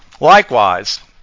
Likewise